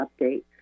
update